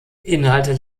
inhalte